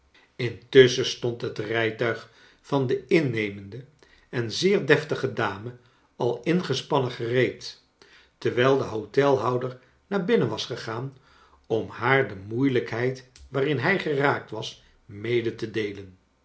intusschen stond het rijtuig van de innemende en zeer deftige dame al ingespannen gereed terwijl de hotelhonder naar binnen was gegaan om haar de moeilijkheid waarin hij geraakt was mede te deelen